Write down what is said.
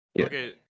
okay